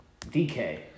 DK